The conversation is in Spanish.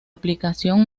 aplicación